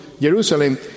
Jerusalem